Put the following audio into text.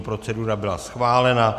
Procedura byla schválena.